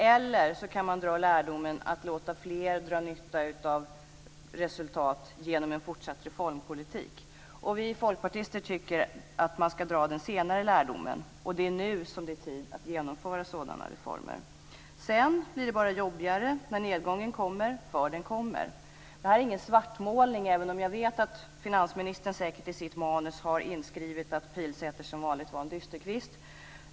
Eller så kan man dra lärdomen att låta fler dra nytta av resultat genom en fortsatt reformpolitik. Vi folkpartister tycker att man ska dra den senare lärdomen. Det är nu som det är tid att genomföra sådana reformer. Sedan blir det bara jobbigare, när nedgången kommer - för den kommer. Detta är ingen svartmålning, även om jag vet att finansministern säkert i sitt manus har inskrivet att Pilsäter som vanligt var en dysterkvist.